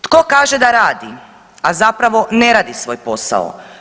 Tko kaže da radi, a zapravo ne radi svoj posao?